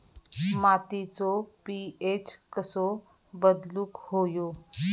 मातीचो पी.एच कसो बदलुक होयो?